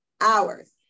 hours